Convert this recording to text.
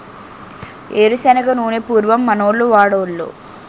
ఏరు శనగ నూనె పూర్వం మనోళ్లు వాడోలు